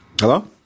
Hello